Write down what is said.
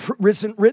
written